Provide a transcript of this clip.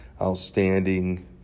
outstanding